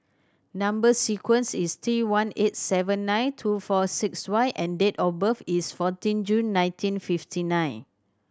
number sequence is T one eight seven nine two four six Y and date of birth is fourteen June nineteen fifty nine